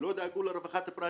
לא דאגו לרווחת הפרט.